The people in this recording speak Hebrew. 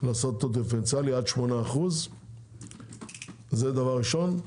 לעשות אותו דיפרנציאלי עד 8%. זה דבר ראשון.